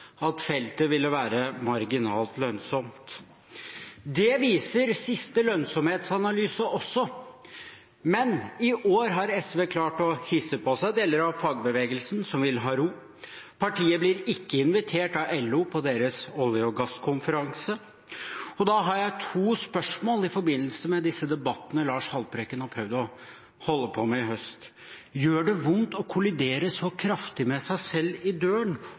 at feltet ville være marginalt lønnsomt. Det viser også siste lønnsomhetsanalyse, men i år har SV klart å hisse på seg deler av fagbevegelsen, som vil ha ro. Partiet blir ikke invitert av LO til deres olje- og gasskonferanse. Da har jeg to spørsmål i forbindelse med disse debattene Lars Haltbrekken har prøvd å holde på med i høst. Gjør det vondt å kollidere så kraftig med seg selv i døren?